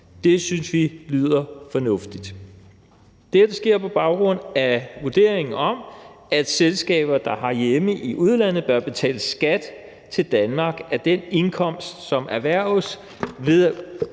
Det synes vi lyder fornuftigt. Dette sker på baggrund af en vurdering om, at selskaber, der har hjemme i udlandet, bør betale skat til Danmark af den indkomst, som erhverves ved